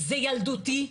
זה ילדותי,